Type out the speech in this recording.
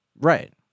Right